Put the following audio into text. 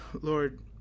Lord